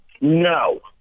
No